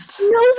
No